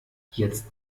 jetzt